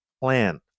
plan